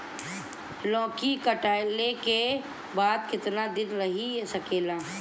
लौकी कटले के बाद केतना दिन रही सकेला?